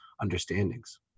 understandings